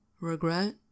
regret